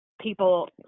people